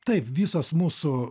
taip visos mūsų